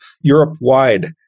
Europe-wide